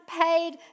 paid